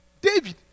David